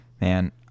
man